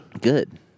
Good